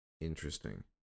Interesting